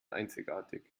einzigartig